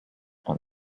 and